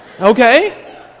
okay